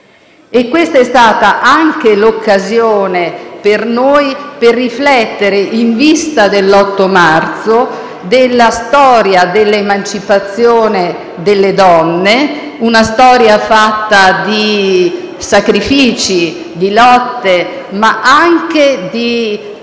Questa è stata anche l'occasione, per noi, per riflettere, in vista dell'8 marzo, sulla storia dell'emancipazione delle donne: una storia fatta di sacrifici, di lotte ma anche di